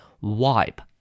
Wipe